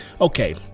okay